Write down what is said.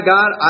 God